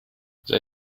sei